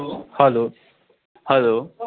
hello hello